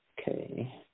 Okay